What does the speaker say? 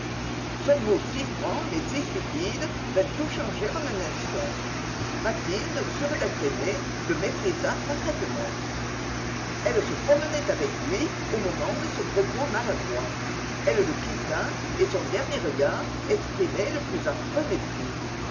son mot si franc mais si stupide vint tout changer en un instant mathilde sûre d'être aimée le méprisa parfaitement elle se promenait avec lui au moment de ce propos maladroit elle le quitta et son dernier regard exprimait le plus affreux mépris